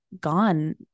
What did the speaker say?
gone